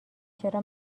چرا